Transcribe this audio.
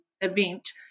event